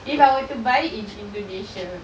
if I were to buy it in indonesia